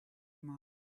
mind